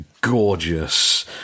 gorgeous